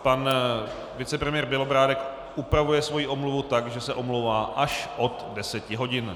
Pan vicepremiér Bělobrádek upravuje svou omluvu tak, že se omlouvá až od 10 hodin.